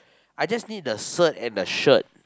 I just need the cert and the shirt